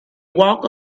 walk